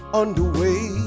underway